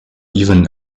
even